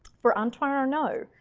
for antoine arnauld,